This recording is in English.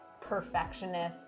perfectionist